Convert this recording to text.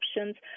options